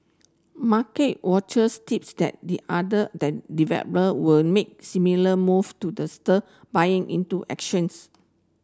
market watchers tips that the other developer were make similar move to the stir buying into actions